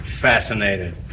Fascinated